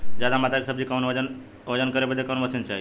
ज्यादा मात्रा के सब्जी के वजन करे बदे कवन मशीन चाही?